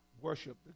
worship